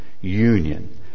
union